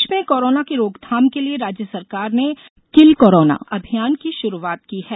प्रदेश में कोरोना की रोकथाम के लिए राज्य सरकार ने किल कोरोना अभियान की शुरूआत की है